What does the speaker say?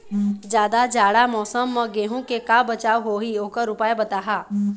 जादा जाड़ा मौसम म गेहूं के का बचाव होही ओकर उपाय बताहा?